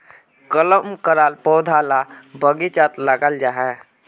कलम कराल पौधा ला बगिचात लगाल जाहा